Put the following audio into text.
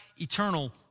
eternal